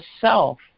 self